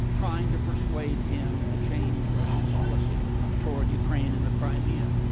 trying to persuade him to change russian policy toward ukraine and the crimea.